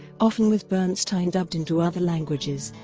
often with bernstein dubbed into other languages.